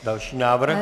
Další návrh.